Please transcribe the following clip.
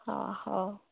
ହଁ ହଉ